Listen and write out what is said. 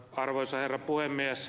arvoisa herra puhemies